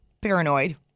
paranoid